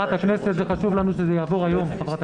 חברת הכנסת, חשוב לנו שזה יעבור היום.